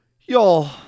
Y'all